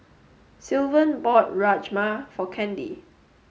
Sylvan bought Rajma for Candy